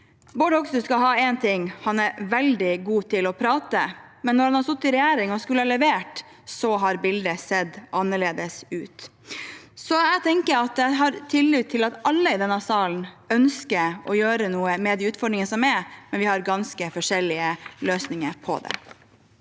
Bård Hoksrud skal ha for én ting: Han er veldig god til å prate. Han har imidlertid sittet i regjering og skulle ha levert, så bildet burde sett annerledes ut. Jeg har tillit til at alle i denne salen ønsker å gjøre noe med de utfordringene som er, men vi har ganske forskjellige løsninger på det.